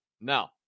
Now